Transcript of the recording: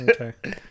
okay